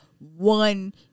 one